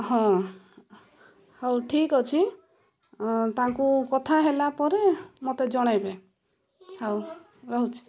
ହଁ ହଉ ଠିକ ଅଛି ତାଙ୍କୁ କଥା ହେଲା ପରେ ମୋତେ ଜଣେଇବେ ହଉ ରହୁଛିି